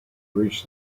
reach